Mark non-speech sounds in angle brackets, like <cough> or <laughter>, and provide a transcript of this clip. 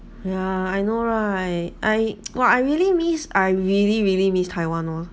ya I know right I <noise> !wah! I really miss I really really miss taiwan lor